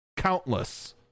Countless